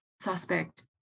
suspect